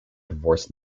divorced